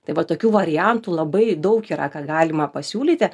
tai va tokių variantų labai daug yra ką galima pasiūlyti